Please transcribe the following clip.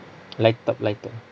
light up light up